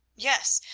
yes,